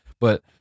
But-